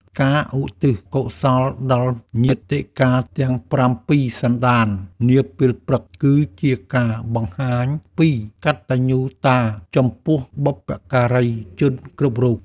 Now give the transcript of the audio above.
ការឧទ្ទិសកុសលដល់ញាតិការទាំងប្រាំពីរសន្តាននាពេលព្រឹក គឺជាការបង្ហាញពីកតញ្ញូតាចំពោះបុព្វការីជនគ្រប់រូប។